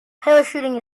parachuting